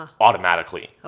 automatically